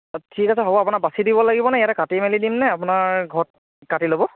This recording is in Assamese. ঠিক আছে হ'ব আপোনাক বাচি দিব লাগিব নে ইয়াতে কাটি মেলি দিম নে আপোনাৰ ঘৰত কাটি ল'ব